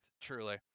truly